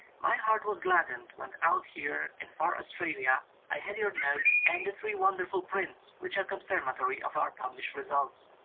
my heart was gladdened when out here in far australia i had your note and the three wonderful prints which are con firmatory of our published results.